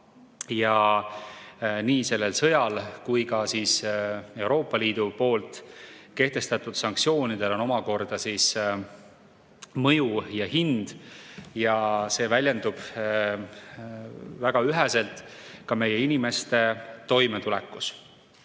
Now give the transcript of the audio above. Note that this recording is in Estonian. Ja nii sellel sõjal kui ka Euroopa Liidu kehtestatud sanktsioonidel on omakorda mõju ja hind. See väljendub väga üheselt ka meie inimeste toimetulekus. Hindade